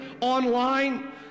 online